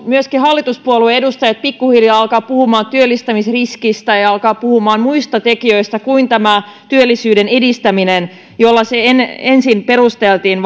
myöskin hallituspuolueiden edustajat pikkuhiljaa alkavat puhumaan työllistämisriskistä ja ja alkavat puhumaan muista tekijöistä kuin tästä työllisyyden edistämisestä jolla se ensin perusteltiin